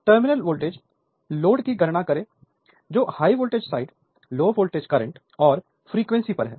terminal voltage load की गणना करें जो high voltage side low voltage current और एफिशिएंसी पर है